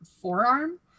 forearm